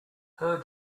her